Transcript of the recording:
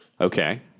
Okay